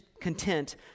content